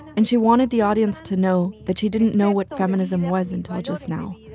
and she wanted the audience to know that she didn't know what feminism was until just now,